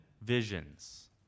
visions